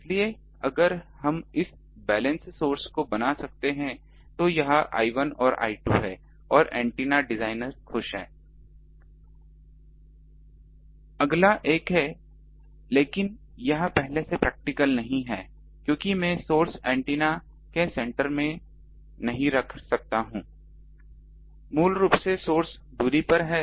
इसलिए अगर हम इस बैलेंस सोर्स को बना सकते हैं तो यह I1 और I2 है और एंटीना डिजाइनर खुश है अगला एक है लेकिन यह पहले से प्रैक्टिकल नहीं है क्योंकि मैं सोर्स को एंटीना के सेंटर में नहीं रख सकता हूं मूल रूप से सोर्स दूरी पर है